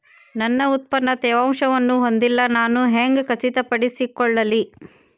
ನನ್ನ ಉತ್ಪನ್ನ ತೇವಾಂಶವನ್ನು ಹೊಂದಿಲ್ಲಾ ನಾನು ಹೆಂಗ್ ಖಚಿತಪಡಿಸಿಕೊಳ್ಳಲಿ?